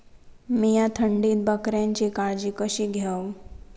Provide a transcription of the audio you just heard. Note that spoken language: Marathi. मीया थंडीत बकऱ्यांची काळजी कशी घेव?